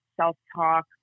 self-talk